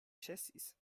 ĉesis